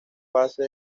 pase